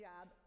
job